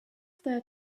there